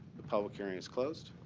the public hearing is closed.